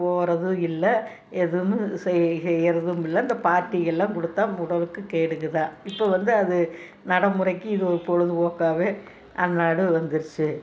போவதும் இல்லை எதுவும் செய் செய்யுறதும் இல்லை இந்த பார்ட்டிகளெலாம் கொடுத்தா உடலுக்கு கேடுகள்தான் இப்போ வந்து அது நடைமுறைக்கு இது ஒரு பொழுதுபோக்காவே நம் நாடும் வந்துருச்சு